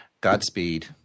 Godspeed